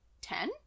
ten